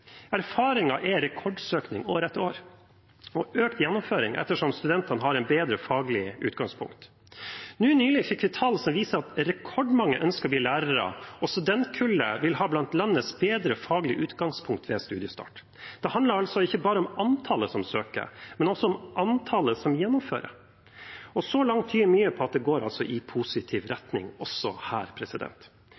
er rekordsøkning år etter år – og økt gjennomføring, ettersom studentene har et bedre faglig utgangspunkt. Nylig fikk vi tall som viser at rekordmange ønsker å bli lærere, og studentkullet vil være et av de bedre i landet hva gjelder faglig utgangspunkt ved studiestart. Det handler altså ikke bare om antallet som søker, men også om antallet som gjennomfører, og så langt tyder mye på at det går i positiv